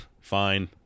Fine